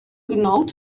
note